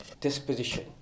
disposition